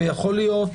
ויכול להיות,